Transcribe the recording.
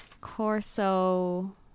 Corso